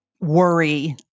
worry